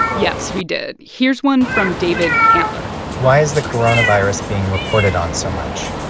yes, we did. here's one from david kantler why is the coronavirus being reported on so much?